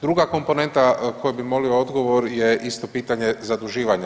Druga komponenta koju bi molio odgovor je isto pitanje zaduživanja.